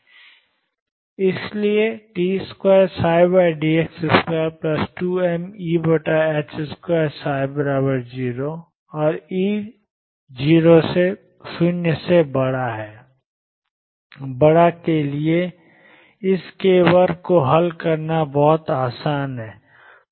और इसलिए d2dx22mE2ψ0 और E0 के लिए इस k वर्ग को हल करना बहुत आसान है